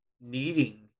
needing